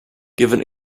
given